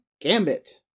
gambit